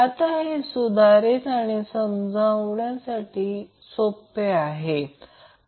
आता हे सुधारित आणि समजण्यासाठी सोपे आहे